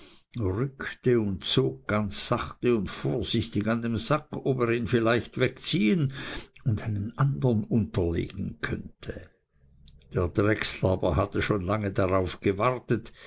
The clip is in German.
rückte undzog ganz sachte und vorsichtig an dem sack ob er ihn vielleicht wegziehen und einen andern unterlegen könnte der drechsler aber hatte schon lange darauf gewartet